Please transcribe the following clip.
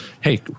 hey